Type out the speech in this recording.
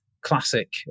classic